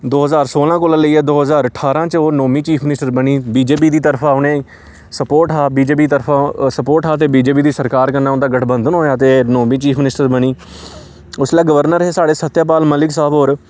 दो ज्हार सोलां कोला लेइयै दो ज्हारा ठारां च ओह् नौमीं चीफ मिनिस्टर बनी बीजेपी दी तरफा उनेंई सपोर्ट हा बीजेपी दी तरफा सपोर्ट हा ते बीजेपी दी सरकार कन्नै उंदा गठबंधन होएआ ते नौमीं चीफ मिनिस्टर बनी उसलै गवर्नर हे साढ़े सत्यपाल मलिक साह्ब होर